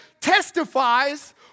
testifies